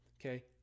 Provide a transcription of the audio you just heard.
okay